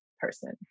person